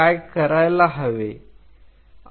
काय करायला हवे